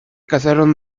casaron